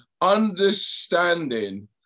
understanding